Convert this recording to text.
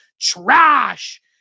trash